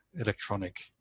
electronic